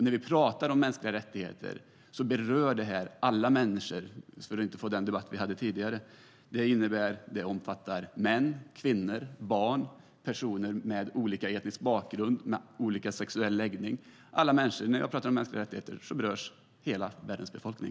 När vi pratar om mänskliga rättigheter berör det alla människor - för att inte få den debatt vi hade tidigare. Det omfattar män, kvinnor, barn, personer med olika etnisk bakgrund och med olika sexuell läggning - alla människor. När jag pratar om mänskliga rättigheter berörs hela världens befolkning.